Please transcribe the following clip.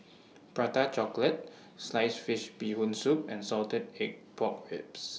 Prata Chocolate Sliced Fish Bee Hoon Soup and Salted Egg Pork Ribs